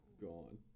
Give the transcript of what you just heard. gone